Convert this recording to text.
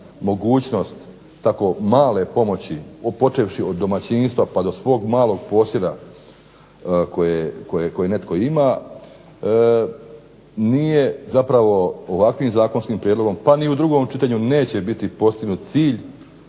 mogućnost tako male pomoći počevši od domaćinstva do svog malog posjeda koje netko ima, nije zapravo ovakvim zakonskim prijedlogom, pa ni u drugom čitanju neće biti postignut cilj